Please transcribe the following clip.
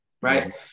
Right